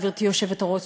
גברתי היושבת-ראש,